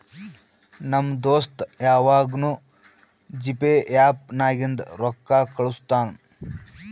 ನಮ್ ದೋಸ್ತ ಯವಾಗ್ನೂ ಜಿಪೇ ಆ್ಯಪ್ ನಾಗಿಂದೆ ರೊಕ್ಕಾ ಕಳುಸ್ತಾನ್